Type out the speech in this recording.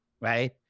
right